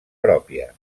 pròpia